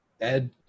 Ed